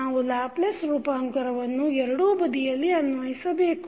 ನಾವು ಲ್ಯಾಪ್ಲೇಸ್ ರೂಪಾಂತರವನ್ನು ಎರಡೂ ಬದಿಯಲ್ಲಿ ಅನ್ವಯಿಸಬೇಕು